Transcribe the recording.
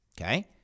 okay